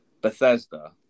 Bethesda